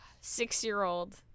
six-year-old